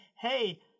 hey